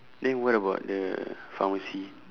then what about the pharmacy